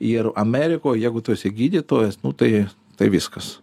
ir amerikoj jeigu tu esi gydytojas nu tai tai viskas